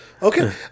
Okay